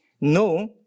No